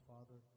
Father